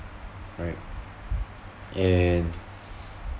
right and